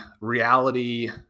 reality